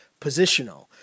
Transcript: positional